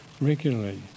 regularly